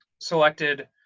selected